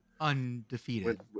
undefeated